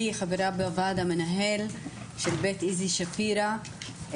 חברה בוועד המנהל של בית איזי שפירא,